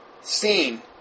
seen